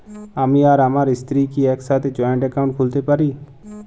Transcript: আমি আর আমার স্ত্রী কি একসাথে জয়েন্ট অ্যাকাউন্ট খুলতে পারি?